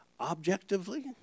Objectively